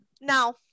Now